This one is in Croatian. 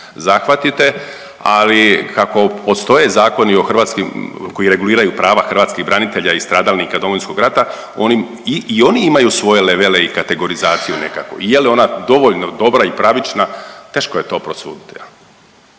zahvatite, ali kako postoje zakoni o hrvatskim, koji reguliraju prava hrvatskih branitelja i stradalnika Domovinskog rata oni i oni imaju svoje levele i kategorizaciju nekakvu. Je li ona dovoljno dobra i pravična teško je to prosuditi.